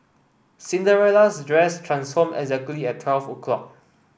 Cinderella's dress transformed exactly at twelve o'clock